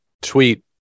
tweet